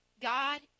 God